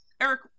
Eric